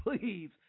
please